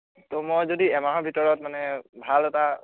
ত' মই যদি এমাহৰ ভিতৰত মানে ভাল এটা